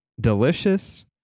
delicious